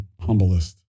humblest